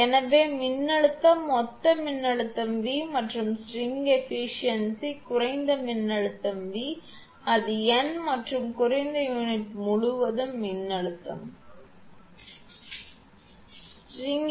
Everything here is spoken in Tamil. எனவே மின்னழுத்தம் மொத்த மின்னழுத்தம் V மற்றும் ஸ்ட்ரிங் ஏபிசியன்சி குறைந்த மின்னழுத்தம் v அது n மற்றும் குறைந்த யூனிட் முழுவதும் மின்னழுத்தம் 𝑉𝑛 −− 1 அதாவது அதே விஷயம்